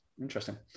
Interesting